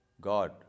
God